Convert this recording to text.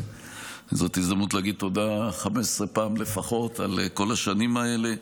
זאת הזדמנות להגיד תודה 15 פעם לפחות על כל השנים האלה,